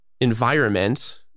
environment